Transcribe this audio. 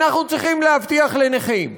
אנחנו צריכים להבטיח לנכים.